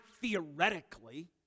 theoretically